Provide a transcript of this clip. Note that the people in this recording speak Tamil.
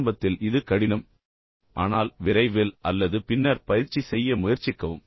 ஆரம்பத்தில் இது கடினம் என்று நான் சொல்கிறேன் ஆனால் நான் சொன்னது போல் விரைவில் அல்லது பின்னர் பயிற்சி செய்ய முயற்சிக்கவும்